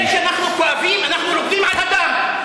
זה שאנחנו כואבים, אנחנו רוקדים על הדם.